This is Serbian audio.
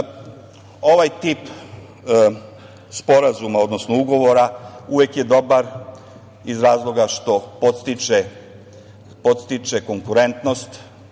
ovaj tip sporazuma odnosno ugovora uvek je dobar iz razloga što podstiče konkurentnost